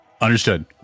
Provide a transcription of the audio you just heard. Understood